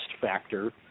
factor